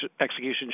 execution